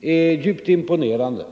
är djupt imponerande.